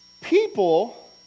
people